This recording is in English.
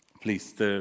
please